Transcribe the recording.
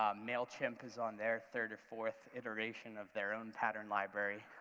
um mailchimp is on there, third or fourth iteration of their own pattern library.